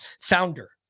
founder